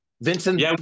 Vincent